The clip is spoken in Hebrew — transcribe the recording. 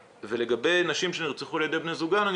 ולגבי נשים שנרצחו על ידי בני זוגן אני